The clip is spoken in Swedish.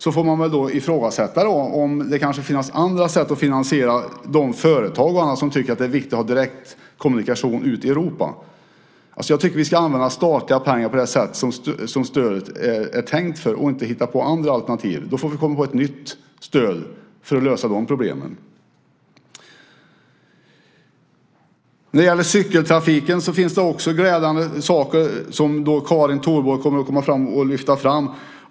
Sedan får man fråga sig om det kan finnas andra sätt att finansiera de företag och andra som tycker att det är viktigt att ha direkt kommunikation ut till Europa. Jag tycker att vi ska använda de statliga pengarna på det sätt som stödet är tänkt för. Vi ska inte hitta på andra alternativ. Då får vi komma på ett nytt stöd för att lösa de problemen. När det gäller cykeltrafiken finns det också glädjande saker, som Karin Thorborg kommer att lyfta fram.